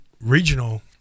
regional